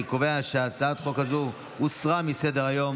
אני קובע שהצעת החוק הזו הוסרה מסדר-היום